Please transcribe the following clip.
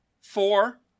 four